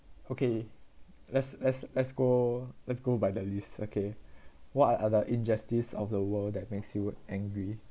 okay let's let's let's go let's go by that list okay what are the injustice of the world that makes you angry